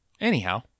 Anyhow